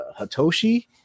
Hatoshi